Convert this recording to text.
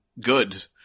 good